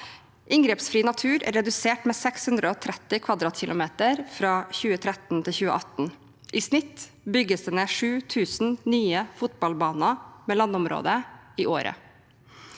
Inngrepsfri natur er redusert med 630 km² fra 2013 til 2018. I snitt bygges det ned 7 000 nye fotballbaner med landområder i året,